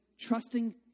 trusting